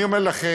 אני אומר לכם,